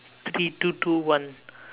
three two two one